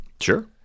Sure